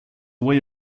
way